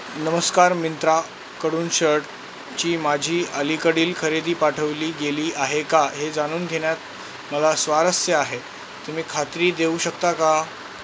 नमस्कार मिंत्रा कडून शट ची माझी अलीकडील खरेदी पाठवली गेली आहे का हे जाणून घेण्यात मला स्वारस्य आहे तुम्ही खात्री देऊ शकता का